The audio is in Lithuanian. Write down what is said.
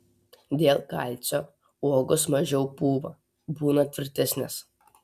dėl kalcio uogos mažiau pūva būna tvirtesnės